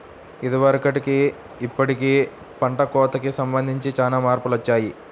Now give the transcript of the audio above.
ఇదివరకటికి ఇప్పుడుకి పంట కోతకి సంబంధించి చానా మార్పులొచ్చాయ్